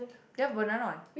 ya banana one